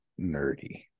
nerdy